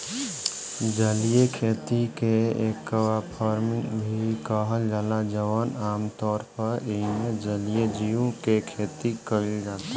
जलीय खेती के एक्वाफार्मिंग भी कहल जाला जवन आमतौर पर एइमे जलीय जीव के खेती कईल जाता